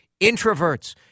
Introverts